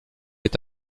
est